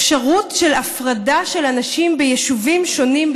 אפשרות של הפרדה של אנשים ביישובים שונים,